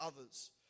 others